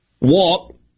Walk